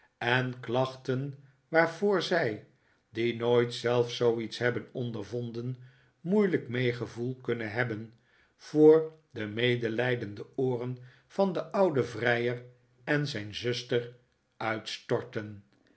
en klachten waarvoor zij die nooit zelf zooiets hebben ondervonden mpeilijk meegevoel kunnen hebben voor de medelijdende ooren van den ouden vrijer en zijn zuster uitstorten